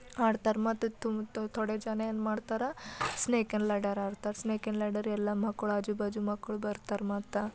ಆಡ್ತಾರೆ ಮತ್ತು ತುಮ್ ತೋಡೆ ಜನ ಏನು ಮಾಡ್ತಾರೆ ಸ್ನೇಕ್ ಆ್ಯಂಡ್ ಲ್ಯಾಡರ್ ಆಡ್ತಾರೆ ಸ್ನೇಕ್ ಆ್ಯಂಡ್ ಲ್ಯಾಡರ್ ಎಲ್ಲ ಮಕ್ಕಳು ಆಜು ಬಾಜು ಮಕ್ಕಳು ಬರ್ತಾರೆ ಮತ್ತು